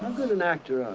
good an actor